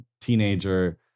teenager